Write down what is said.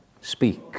Speak